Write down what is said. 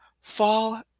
fall